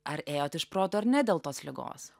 ar ėjot iš proto ar ne dėl tos ligos